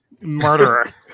murderer